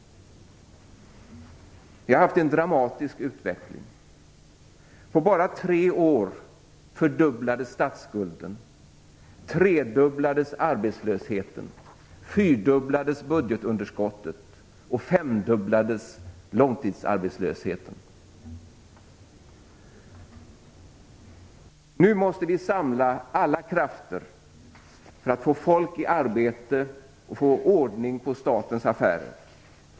Vi har haft en dramatisk utveckling. På bara tre år fördubblades statsskulden, tredubblades arbetslösheten, fyrdubblades budgetunderskottet och femdubblades långtidsarbetslösheten. Nu måste vi samla alla krafter för att få folk i arbete och få ordning på statens affärer.